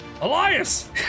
Elias